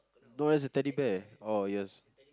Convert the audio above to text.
known as a Teddy Bear oh yes